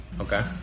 Okay